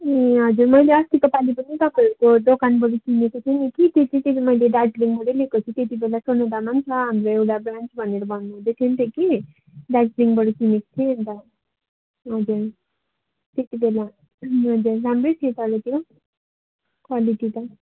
ए हजुर मैले अस्तिको पालि पनि तपाईँहरूको दोकानबाट किनेको थिएँ नि कि त्यति बेला दार्जिलिङबाट ल्याएको थिएँ त्यति बेला सोनादामा छ हाम्रो एउटा ब्रान्च भनेर भन्नु हुँदै थियो नि त कि दार्जिलिङबाट किनेको थिएँ अन्त हजुर त्यति बेला हजुर राम्रै थियो त्यो पालिको क्वालिटी त